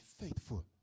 faithful